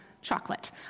chocolate